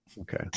Okay